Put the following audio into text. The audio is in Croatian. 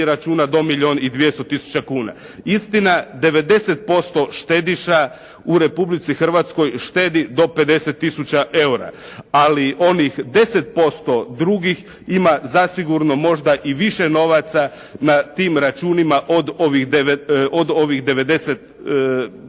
računa do milijun i 200 tisuća kuna. Istina 90% štediša u Republici Hrvatskoj štedi do 50 tisuća eura, ali onih 10% drugih ima zasigurno možda i više novaca na tim računima novaca od ovih 90%